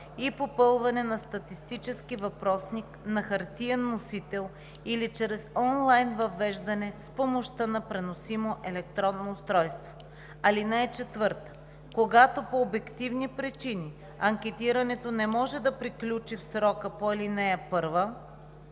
и попълване на статистически въпросник на хартиен носител или чрез онлайн въвеждане с помощта на преносимо електронно устройство. (4) Когато по обективни причини анкетирането не може да приключи в срока по ал. 1,